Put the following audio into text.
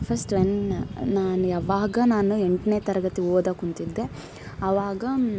first one ನಾನು ಯಾವಾಗ ನಾನು ಎಂಟನೇ ತರಗತಿ ಓದಕ್ಕೆ ಕುಂತಿದ್ದೆ ಅವಾಗ